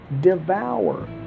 devour